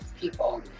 people